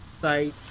site